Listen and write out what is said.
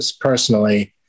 personally